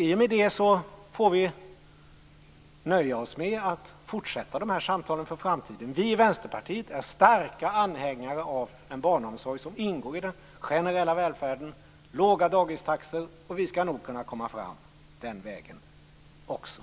I och med det får vi nöja oss med att fortsätta de här samtalen för framtiden. Vi i Vänsterpartiet är starka anhängare av en barnomsorg som ingår i den generella välfärden och låga dagistaxor, och vi skall nog kunna komma fram den vägen också.